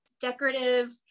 decorative